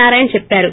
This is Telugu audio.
నారాయణ చెప్పారు